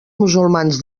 musulmans